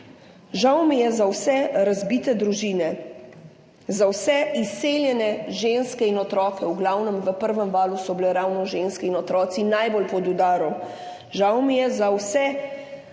Žal mi je za vse razbite družine, za vse izseljene ženske in otroke. V glavnem v prvem valu so bile ravno ženske in otroci najbolj pod udarom. Žal mi je za vse spolne zlorabe,